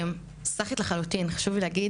סחית לחלוטין חשוב לי להגיד,